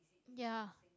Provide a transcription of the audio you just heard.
ya